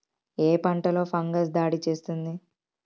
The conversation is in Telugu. ఏ పంటలో ఫంగస్ దాడి చేస్తుంది?